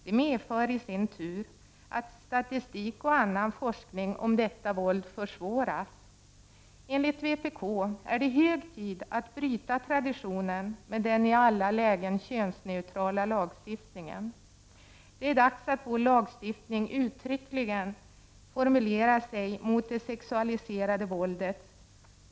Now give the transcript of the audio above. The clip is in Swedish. Det medför i sin tur att statistik och annan forskning om detta våld försvåras. Enligt vpk är det hög tid att bryta traditionen med den i alla lägen könsneutrala lagstiftningen. Det är dags att vår lagstiftning uttryckligen formulerar sig mot det sexualiserade våldet.